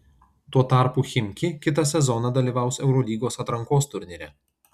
tuo tarpu chimki kitą sezoną dalyvaus eurolygos atrankos turnyre